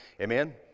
Amen